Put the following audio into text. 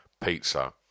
pizza